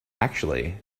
actually